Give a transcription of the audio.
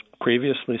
previously